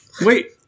Wait